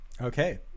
Okay